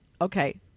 okay